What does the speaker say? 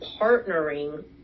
partnering